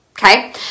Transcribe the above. Okay